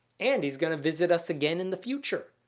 and he's gonna visit us again in the future.